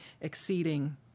exceeding